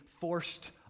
forced